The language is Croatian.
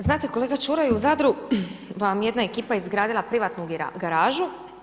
Znate kolega Čuraj, u Zadru vam je jedna ekipa izgradila privatnu garažu.